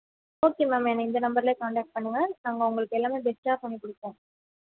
okay ma'am நீங்கள் இந்த நம்பரில் கான்டக்ட் பண்ணுங்கள் நாங்கள் உங்களுக்கு எல்லாமே பெஸ்ட்டாக பண்ணி கொடுப்போம்